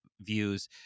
views